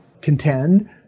contend